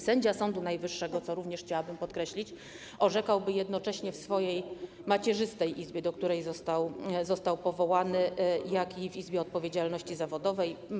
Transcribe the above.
Sędzia Sądu Najwyższego, co również chciałabym podkreślić, orzekałby jednocześnie w swojej macierzystej izbie, do której został powołany, i w Izbie Odpowiedzialności Zawodowej.